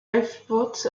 lifeboat